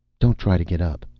don't try to get up,